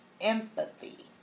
empathy